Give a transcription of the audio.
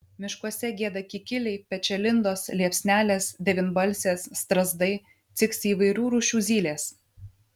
miškuose gieda kikiliai pečialindos liepsnelės devynbalsės strazdai ciksi įvairių rūšių zylės